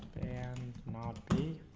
and not be